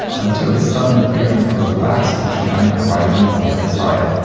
until the sudden appearance of a vast oceanic horizon on the other side.